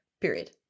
period